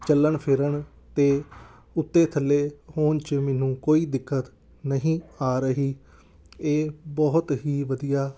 ਚੱਲਣ ਫਿਰਨ ਅਤੇ ਉੱਤੇ ਥੱਲੇ ਹੋਣ 'ਚ ਮੈਨੂੰ ਕੋਈ ਦਿੱਕਤ ਨਹੀਂ ਆ ਰਹੀ ਇਹ ਬਹੁਤ ਹੀ ਵਧੀਆ